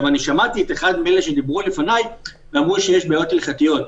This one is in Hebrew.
שמעתי מישהו שדיבר לפניי שאמר שיש בעיות הלכתיות.